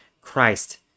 Christ